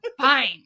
Fine